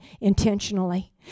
intentionally